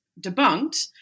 debunked